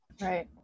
Right